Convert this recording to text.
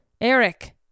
Eric